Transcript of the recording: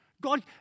God